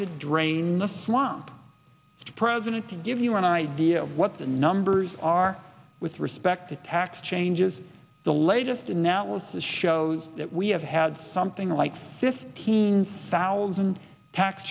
to drain the swamp president to give you an idea of what the numbers are with respect to tax changes the latest analysis shows that we have had something like fifteen thousand tax